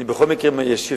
אני בכל מקרה אשיב,